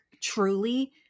truly